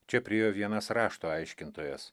čia priėjo vienas rašto aiškintojas